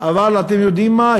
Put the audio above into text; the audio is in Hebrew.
אבל אתם יודעים מה?